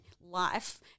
life